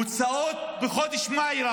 הוצאות רק בחודש מאי,